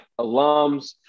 alums